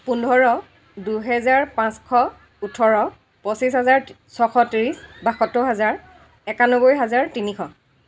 পোন্ধৰ দুহেজাৰ পাঁচশ ওঠৰ পঁচিছ হেজাৰ ছশ ত্ৰিছ বাসত্তৰ হেজাৰ একান্নব্বৈ হেজাৰ তিনিশ